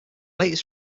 latest